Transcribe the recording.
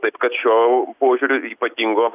taip kad šiuo požiūriu ypatingo